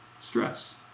stress